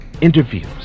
interviews